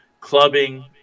clubbing